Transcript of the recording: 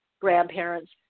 grandparents